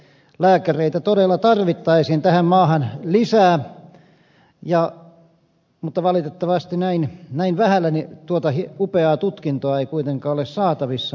lääkäreitä todella tarvittaisiin tähän maahan lisää mutta valitettavasti näin vähällä tuota upeaa tutkintoa ei kuitenkaan ole saatavissa